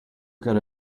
good